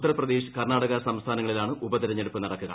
ഉത്തർപ്രദേശ് കർണാടക സംസ്ഥാനങ്ങളിലാണ് ഉപതെരഞ്ഞെടുപ്പ് നടക്കുക